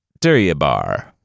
Duryabar